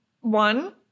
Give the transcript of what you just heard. one